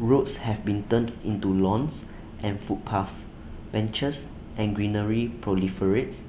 roads have been turned into lawns and footpaths benches and greenery proliferates